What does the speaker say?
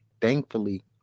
thankfully